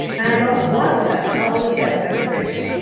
and i thought what the hell was that? that's crazy.